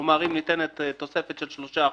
כלומר, אם ניתנת תוספת של 3%,